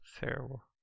Terrible